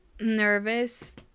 nervous